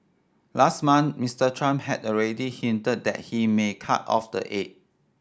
last month Msiter Trump had already hinted that he may cut off the aid